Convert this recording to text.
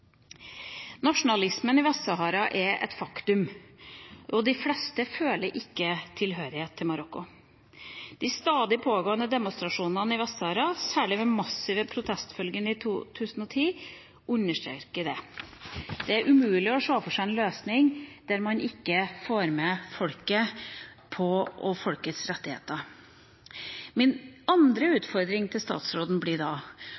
Nasjonalismen i Vest-Sahara er et faktum, og de fleste føler ikke tilhørighet til Marokko. De stadig pågående demonstrasjonene i Vest-Sahara, særlig den massive protestbølgen i 2010, understreker det. Det er umulig å se for seg en løsning der man ikke får med folket og folkets rettigheter. Min andre